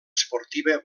esportiva